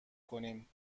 کنیم